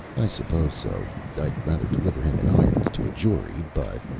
i suppose so. i'd rather deliver him in irons to a jury, but.